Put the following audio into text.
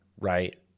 Right